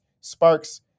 sparks